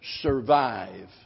survive